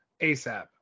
ASAP